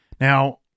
Now